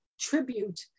tribute